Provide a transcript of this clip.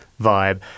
vibe